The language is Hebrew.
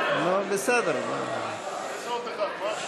התשע"ז 2016, מוועדת החוץ וביטחון לוועדת